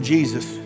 Jesus